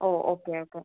oh okay okay